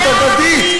ריבונות הדדית.